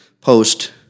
post